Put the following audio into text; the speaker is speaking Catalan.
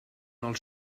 els